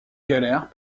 galère